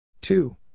Two